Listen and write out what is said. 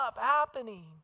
happening